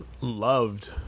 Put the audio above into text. loved